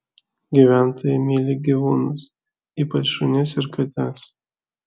gyventojai myli gyvūnus ypač šunis ir kates